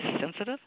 sensitive